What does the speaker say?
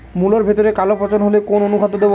মুলোর ভেতরে কালো পচন হলে কোন অনুখাদ্য দেবো?